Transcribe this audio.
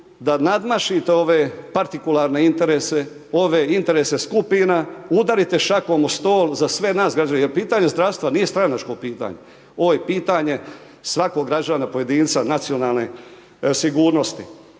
da nadmašite ove partikularne interese, ove interese skupina, udarite šakom u stol za sve nas građane jer pitanje zdravstva nije stranačko pitanje, ovo je pitanje svakog građana pojedinca, nacionalne sigurnosti.